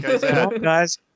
guys